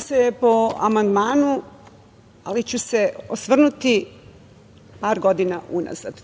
se po amandmanu, ali ću se osvrnuti par godina unazad.